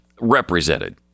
represented